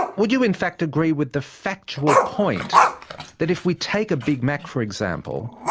would you in fact agree with the factual point that if we take a big mac, for example,